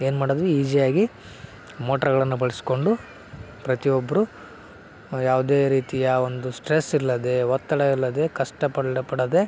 ಏನು ಮಾಡಿದ್ವಿ ಈಜಿಯಾಗಿ ಮೋಟ್ರ್ಗಳನ್ನು ಬಳಸಿಕೊಂಡು ಪ್ರತಿಯೊಬ್ಬರು ಯಾವುದೇ ರೀತಿಯ ಒಂದು ಸ್ಟ್ರೆಸ್ ಇಲ್ಲದೆ ಒತ್ತಡ ಇಲ್ಲದೆ ಕಷ್ಟ ಪಡದೆ